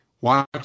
watch